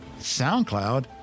SoundCloud